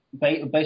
based